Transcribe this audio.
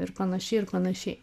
ir panašiai ir panašiai